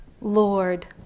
Lord